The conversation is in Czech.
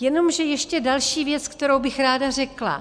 Jenomže ještě další věc, kterou bych ráda řekla.